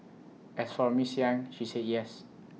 as for miss yang she said yes